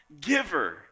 giver